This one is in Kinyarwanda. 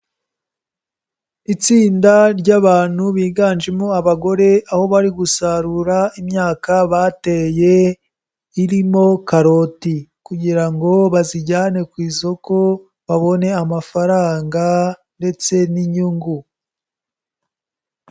Itsinda ry'abantu biganjemo abagore aho bari gusarura imyaka bateye, irimo karoti kugira ngo bazijyane ku isoko babone amafaranga ndetse n'inyungu.